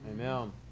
Amen